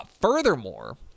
Furthermore